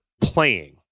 playing